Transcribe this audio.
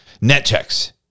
NetChecks